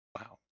Wow